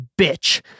bitch